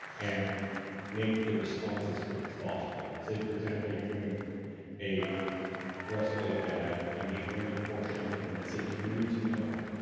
and make the response as quick as possible. say for example, you're doing a restful api, and the only portion of the message you need to know